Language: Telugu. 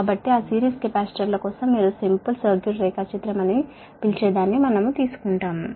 కాబట్టి ఆ సిరీస్ కెపాసిటర్ల కోసం మీరు సింపుల్ సర్క్యూట్ అని పిలిచే డయాగ్రమ్ ను మనం తీసుకుంటాము